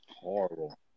Horrible